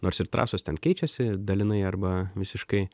nors ir trasos ten keičiasi dalinai arba visiškai